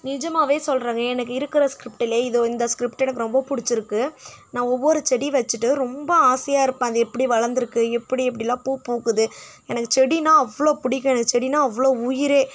நிஜமாகவே சொல்லுறங்க எனக்கு இருக்கிற ஸ்க்ரிப்ட்டுல்லே இதோ இந்த ஸ்க்ரிப்ட் எனக்கு ரொம்ப பிடிச்சிருக்கு நான் ஒவ்வொரு செடி வச்சிட்டு ரொம்ப ஆசையாக இருப்பேன் அது எப்படி வளர்ந்துருக்கு எப்படி எப்படிலாம் பூ பூக்குது எனக்கு செடின்னா அவ்வளோ பிடிக்கும் எனக்கு செடின்னா அவ்வளோ உயிரே